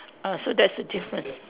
ah so that's the difference